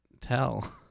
tell